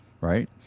right